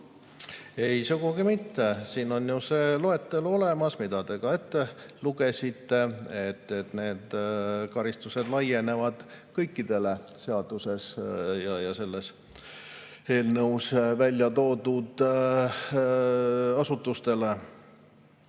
Ei, sugugi mitte. Siin on ju see loetelu olemas, mille te ka ette lugesite. Need karistused laienevad kõikidele seaduses ja selles eelnõus toodud asutustele.